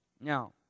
Now